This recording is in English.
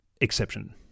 exception